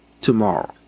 tomorrow